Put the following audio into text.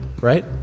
right